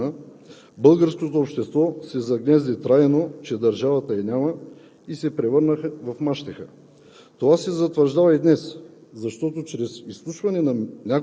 След закриването на Министерството на бедствията и авариите настана хаос в нашата родина. В българското общество се загнезди трайно, че държавата я няма и се превърна в мащеха.